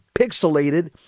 pixelated